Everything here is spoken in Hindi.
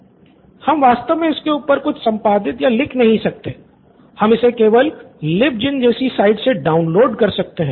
स्टूडेंट 2 हम वास्तव में इसके ऊपर कुछ संपादित या लिख नहीं सकते हैं हम इसे केवल LibGen जैसी साइट से डाउनलोड कर सकते हैं